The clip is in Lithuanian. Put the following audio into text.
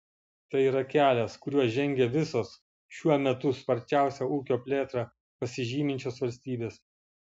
tai yra kelias kuriuo žengia visos šiuo metu sparčiausia ūkio plėtra pasižyminčios valstybės